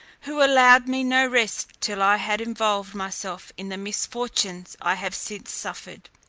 who allowed me no rest till i had involved myself in the misfortunes i have since suffered.